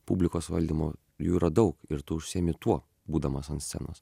publikos valdymo jų yra daug ir tu užsiimi tuo būdamas ant scenos